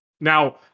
Now